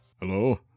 Hello